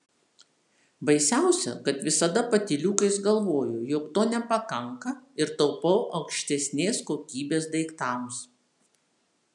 baisiausia kad visada patyliukais galvoju jog to nepakanka ir taupau aukštesnės kokybės daiktams